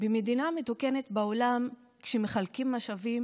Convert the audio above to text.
במדינה מתוקנת בעולם, כשמחלקים משאבים